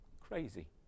crazy